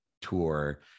tour